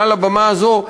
מעל במה זו,